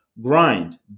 grind